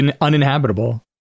uninhabitable